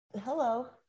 Hello